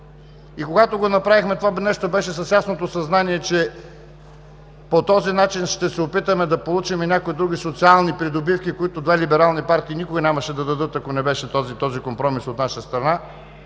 Когато направихме това нещо, беше с ясното съзнание, че по този начин ще се опитаме да получим някои други социални придобивки, които две либерални партии никога нямаше да дадат, ако не беше този компромис от наша страна.